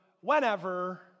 whenever